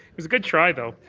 was a good try, though.